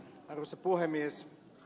arvoisa puhemies